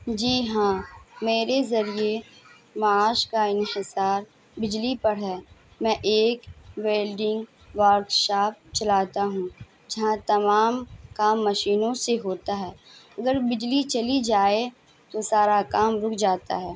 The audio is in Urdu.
جی ہاں میرے ذریعے معاش کا انخصار بجلی پر ہے میں ایک ویلڈنگ ورک شاپ چلاتا ہوں جہاں تمام کام مشینوں سے ہوتا ہے اگر بجلی چلی جائے تو سارا کام رک جاتا ہے